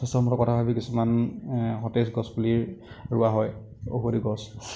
কিছু অংশৰ কথা ভাবি কিছুমান সতেজ গছপুলি ৰুৱা হয় ঔষধি গছ